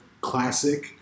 classic